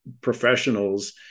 professionals